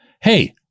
hey